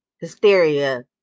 hysteria